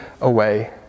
away